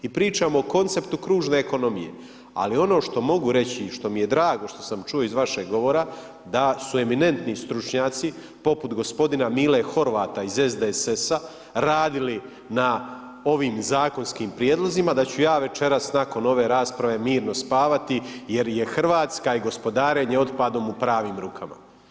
I pričamo o konceptu kružne ekonomije, ali ono što mogu reći i što mi je drago i što sam čuo iz Vašeg govora da su eminentni stručnjaci poput g. Mile Horvata iz SDSS-a radili na ovim zakonskim prijedlozima da ću ja večeras nakon ove rasprave mirno spavati jer je Hrvatska i gospodarenje otpadom u pravim rukama.